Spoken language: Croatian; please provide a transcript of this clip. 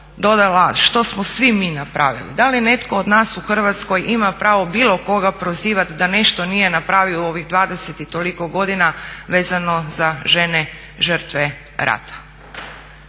dodala što smo svi mi napravili? Da li netko od nas u Hrvatskoj ima pravo bilo koga prozivati da nešto nije napravio u ovih 20 i toliko godina vezano za žene žrtve rata?